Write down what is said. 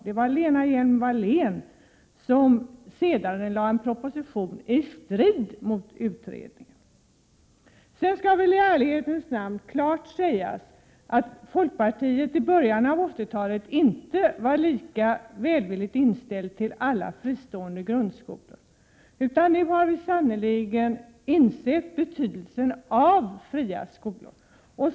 Det var Lena Hjelm-Wallén som senarelade en proposition i strid mot utredningens förslag. Det skall väl sedan i ärlighetens namn klart sägas att folkpartiet i början av 80-talet inte var lika välvilligt inställt till alla fristående grundskolor. Nu har vi insett betydelsen av fria skolor.